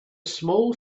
small